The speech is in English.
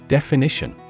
Definition